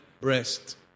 breast